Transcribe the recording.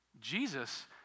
Jesus